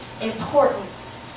importance